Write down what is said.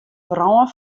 brân